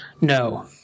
No